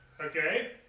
Okay